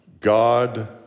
God